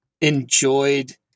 enjoyed